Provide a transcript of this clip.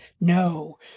No